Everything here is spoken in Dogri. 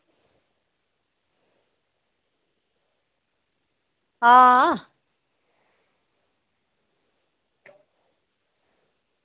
आं